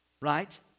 right